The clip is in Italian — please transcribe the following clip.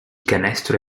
canestro